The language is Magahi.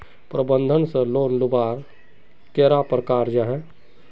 प्रबंधन से लोन लुबार कैडा प्रकारेर जाहा?